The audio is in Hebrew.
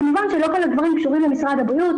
כמובן שלא כל הדברים קשורים למשרד הבריאות,